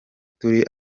turi